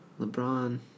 LeBron